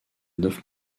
neuf